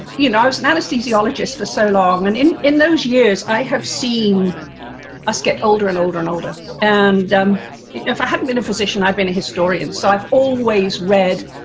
you know i was an anesthesiologist for so long and in, in those years, i have seen us get older and older and older, and if i hadn't been a physician i've been a historian, so i've always read.